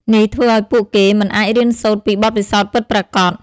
នេះធ្វើឱ្យពួកគេមិនអាចរៀនសូត្រពីបទពិសោធន៍ពិតប្រាកដ។